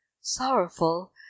Sorrowful